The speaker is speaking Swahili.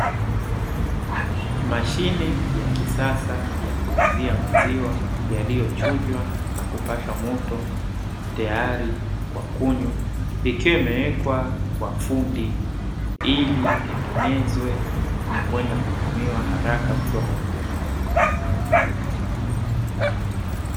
Mashine ya kisasa ya kuuzia maziwa yaliyochujwa na kupashwa moto tayari kwa kunywa, ikiwa imewekwa kwa fundi ili itengenezwe na kwenda kutumiwa haraka kutoa huduma.